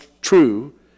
true